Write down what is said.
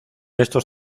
estos